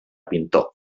pintor